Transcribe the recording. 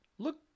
Look